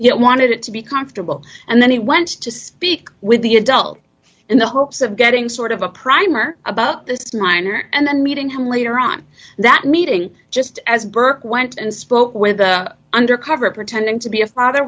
yet wanted it to be comfortable and then he went to speak with the adult in the hopes of getting sort of a primer about this minor and then meeting him later on that meeting just as burke went and spoke with undercover pretending to be a father